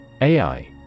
AI